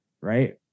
right